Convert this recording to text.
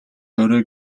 орой